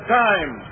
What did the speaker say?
time